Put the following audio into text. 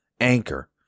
Anchor